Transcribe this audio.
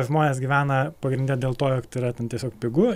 žmonės gyvena pagrinde dėl to jog tai yra ten tiesiog pigu